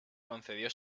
concedió